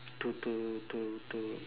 to to to to